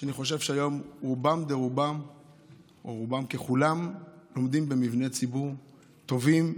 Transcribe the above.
שאני חושב שהיום רובם ככולם לומדים במבני ציבור טובים,